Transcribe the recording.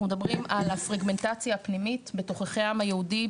מדברים על הפרגמנטציה הפנימית בתוככי העם היהודי,